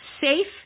safe